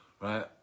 right